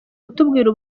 kutubwira